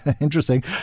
Interesting